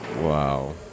Wow